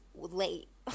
late